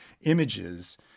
images